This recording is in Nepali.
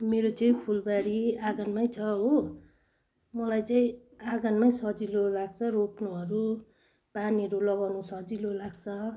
मेरो चाहिँ फुलबारी आँगनमै छ हो मलाई चाहिँ आँगनमै सजिलो लाग्छ रोप्नुहरू पानीहरू लगाउनु सजिलो लाग्छ